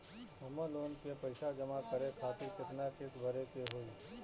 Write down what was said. हमर लोन के पइसा जमा करे खातिर केतना किस्त भरे के होई?